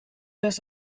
das